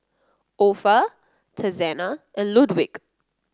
Opha Texanna and Ludwig